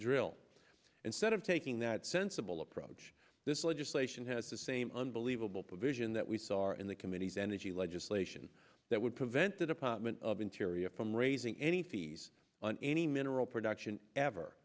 drill instead of taking that sensible approach this legislation has the same unbelievable provision that we saw are in the committee's energy legislation that would prevent the department of interior from raising any fees on any mineral production ever